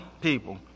people